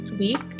week